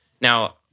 Now